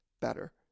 better